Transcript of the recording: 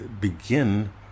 begin